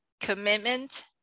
commitment